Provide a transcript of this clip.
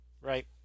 Right